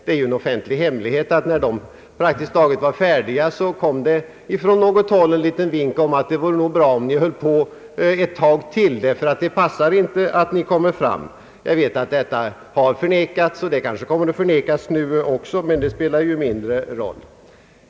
Det är ju en offentlig hemlighet att när den praktiskt taget var färdig kom från något håll en liten vink om att det nog vore bra om utredningen höll på ett tag till; det passade inte att utredningen då lades fram. Jag vet att detta har förnekats och kanske kommer att förnekas nu också, men det spelar ju mindre roll.